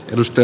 ennuste